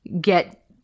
get